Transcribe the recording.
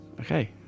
Okay